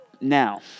Now